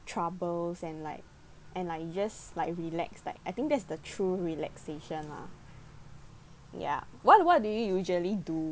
troubles and like and like you just like relax like I think that's the true relaxation lah ya what about do you usually do